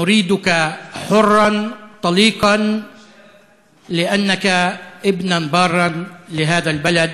אנו רוצים אותך חופשי ובן-חורין בגלל שאתה חף מפשע ובן